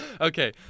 okay